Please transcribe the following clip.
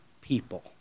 people